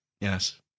Yes